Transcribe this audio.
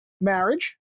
marriage